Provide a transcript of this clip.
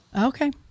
okay